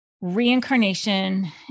reincarnation